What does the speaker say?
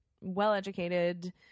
well-educated